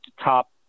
top